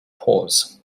pause